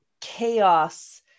chaos